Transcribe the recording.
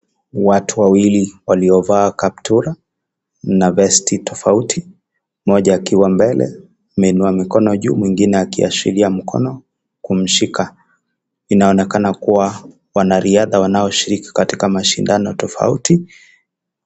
Watu wawili waliovaa kaptula na vesti za rangi tofauti mmoja akiwa mbele akiingia mikono juu mwingine anaonyesha mkono kumshika wanaonekana kuwa wanariadha wanaoshiriki mashindano tofauti.